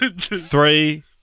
Three